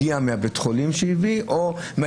הגיע מבית החולים או מהעיתונות?